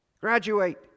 graduate